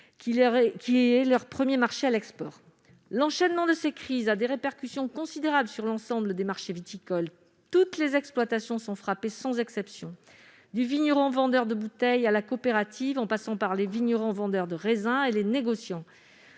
qui représente leur premier marché à l'export. L'enchaînement de ces crises a des répercussions considérables sur l'ensemble des marchés viticoles. Toutes les exploitations sont frappées, sans exception, du vigneron vendeur de bouteilles à la coopérative, en passant par les vignerons vendeurs de raisins et les négociants.